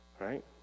right